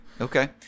Okay